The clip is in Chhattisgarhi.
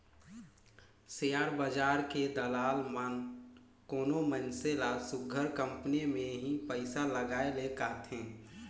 सेयर बजार के दलाल मन कोनो मइनसे ल सुग्घर कंपनी में ही पइसा लगाए ले कहथें